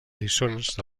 lliçons